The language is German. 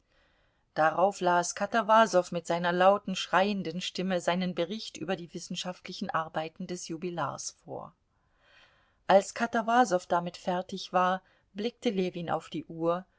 darauf las katawasow mit seiner lauten schreienden stimme seinen bericht über die wissenschaftlichen arbeiten des jubilars vor als katawasow damit fertig war blickte ljewin auf die uhr